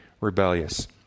rebellious